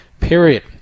period